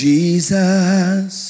Jesus